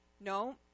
No